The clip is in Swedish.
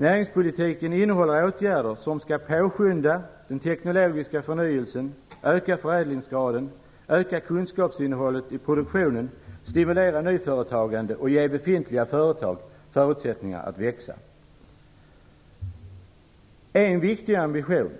Näringspolitiken innehåller åtgärder som skall påskynda den teknologiska förnyelsen, öka förädlingsgraden, öka kunskapsinnehållet i produktionen, stimulera nyföretagande och ge befintliga företag förutsättningar att växa. En viktig ambition